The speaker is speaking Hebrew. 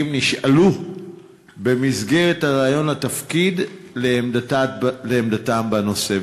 נשאלו במסגרת הריאיון לתפקיד על עמדתם בנושא,